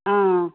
ஆ